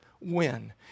win